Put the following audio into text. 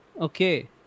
Okay